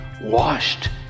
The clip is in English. washed